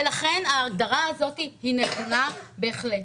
לכן ההגדרה הזאת נכונה בהחלט.